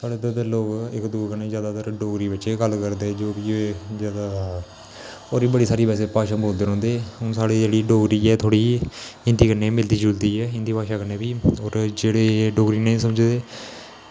साढ़े इद्धर दे लोग इक दुए कन्नै जैदातर डोगरी बिच्च गै गल्ल करदे जो बी होऐ जैदा होर बी बड़ी सारी बैसे भाशा बोलदे रौंह्दे हून साढ़ी जेह्ड़ी डोगरी ऐ थोह्ड़ी हिन्दी कन्नै बी मिलदी जुलदी ऐ हिन्दी भाशा कन्नै होर जेह्ड़े डोगरी नेईं समझदे